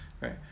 right